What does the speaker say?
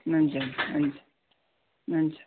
हुन्छ हुन्छ हुन्छ